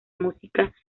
música